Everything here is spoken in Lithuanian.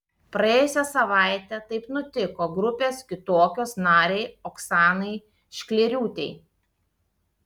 praėjusią savaitę taip nutiko grupės kitokios narei oksanai šklėriūtei